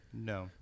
no